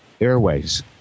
airways